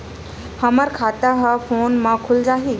हमर खाता ह फोन मा खुल जाही?